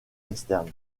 externe